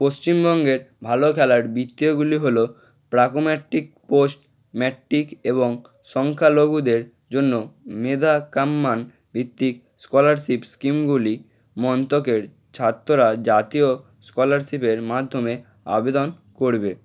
পশ্চিমবঙ্গের ভালো খেলার বৃত্তিগুলি হলো প্রাক ম্যাট্রিক পোস্ট ম্যাট্রিক এবং সংখ্যালঘুদের জন্য মেধা কাম ভিত্তিক স্কলারশিপ স্কিমগুলি ছাত্ররা জাতীয় স্কলারশিপের মাধ্যমে আবেদন করবে